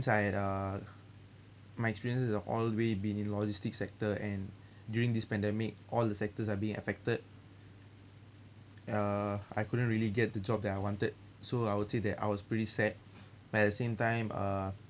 I uh my experience has always been in logistics sector and during this pandemic all the sectors are being affected uh I couldn't really get the job that I wanted so I would say that I was pretty sad but at the same time uh